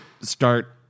start